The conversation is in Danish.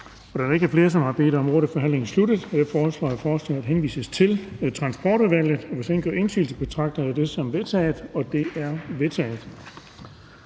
der ikke er flere, som har bedt om ordet, er forhandlingen sluttet. Jeg foreslår, at forslaget til folketingsbeslutning henvises til Transportudvalget. Hvis ingen gør indsigelse, betragter jeg det som vedtaget. Det er vedtaget.